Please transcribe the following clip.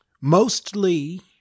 Mostly